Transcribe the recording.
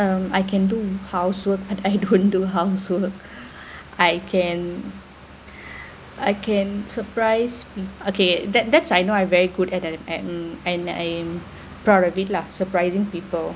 um I can do housework but I don't do housework I can I can surprise with okay that that's I know I very good at the at mm and I am proud of it lah surprising people